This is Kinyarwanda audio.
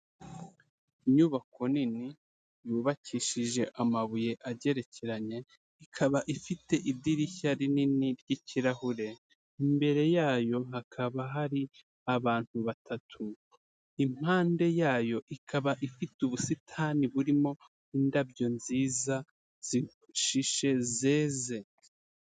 Inyubako nini, yubakishije amabuye agerekeranye, ikaba ifite idirishya rinini ry'ikirahure, imbere yayo hakaba hari abantu batatu, impande yayo ikaba ifite ubusitani burimo indabyo nziza zishishe zeze.